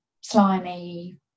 slimy